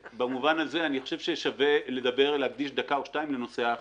במובן הזה אני חושב ששווה להקדיש דקה או שתיים לנושא האכיפה.